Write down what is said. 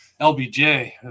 LBJ